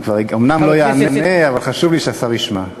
אומנם הוא לא יענה, אבל חשוב לי שהשר ישמע.